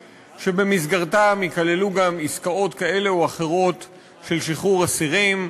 שבמסגרתם ייכללו גם עסקאות כאלה או אחרות של שחרור אסירים,